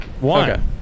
one